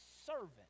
servant